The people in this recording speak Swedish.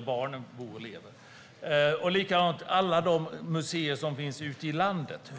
barnen bor och lever? Och hur ska en ensidig satsning på statliga museer nå dem som är ute i landet?